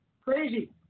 Crazy